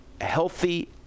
healthy